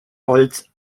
holz